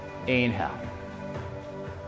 inhale